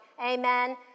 Amen